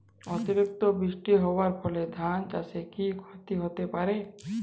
অতিরিক্ত বৃষ্টি হওয়ার ফলে ধান চাষে কি ক্ষতি হতে পারে?